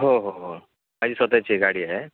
हो हो हो माझी स्वतःची एक गाडी आहे